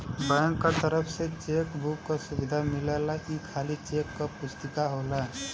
bank क तरफ से चेक बुक क सुविधा मिलेला ई खाली चेक क पुस्तिका होला